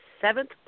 seventh